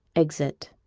exit